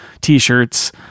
t-shirts